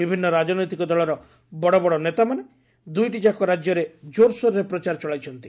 ବିଭିନ୍ନ ରାଜନୈତିକ ଦଳର ବଡ଼ ବଡ଼ ନେତାମାନେ ଦୁଇଟିଯାକ ରାଜ୍ୟରେ କୋରସୋରରେ ପ୍ରଚାର ଚଳାଇଛନ୍ତି